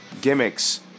gimmicks